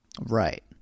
Right